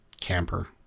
camper